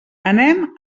anem